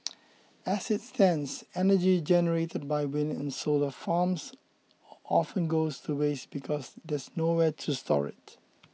as it stands energy generated by wind and solar farms often goes to waste because there's nowhere to store it